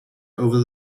over